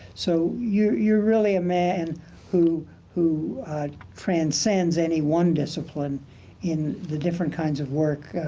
so you're you're really a man who who transcends any one discipline in the different kinds of work.